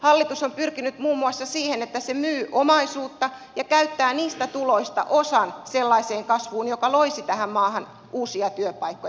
hallitus on pyrkinyt muun muassa siihen että se myy omaisuutta ja käyttää niistä tuloista osan sellaiseen kasvuun joka loisi tähän maahan uusia työpaikkoja